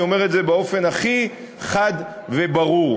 אני אומר את זה באופן הכי חד וברור.